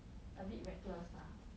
a bit reckless lah